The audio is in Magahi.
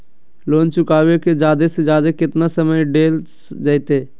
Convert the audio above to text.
लोन चुकाबे के जादे से जादे केतना समय डेल जयते?